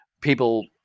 people